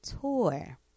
tour